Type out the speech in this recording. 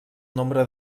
nombre